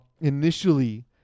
initially